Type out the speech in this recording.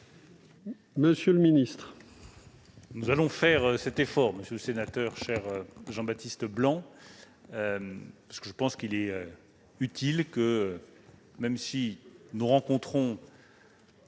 monsieur le ministre.